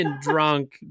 drunk